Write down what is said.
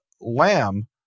lamb